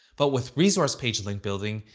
but with resource page link building,